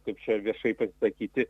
kaip čia viešai pasisakyti